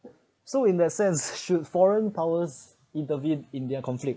so in that sense should foreign powers intervened india conflict